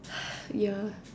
yeah